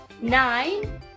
nine